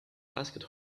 asked